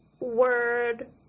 word